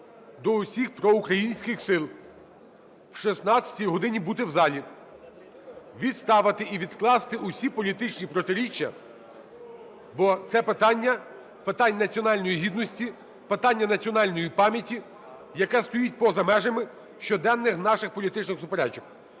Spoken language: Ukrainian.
до всіх проукраїнських сил о 16 годині бути в залі, відставити і відкласти всі політичні протиріччя, бо це питання – питання національної гідності, питання національної пам'яті, яке стоїть поза межами щоденних наших політичних суперечок.